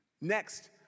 Next